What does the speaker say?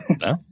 No